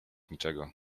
niczego